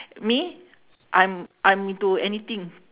me I'm I'm into anything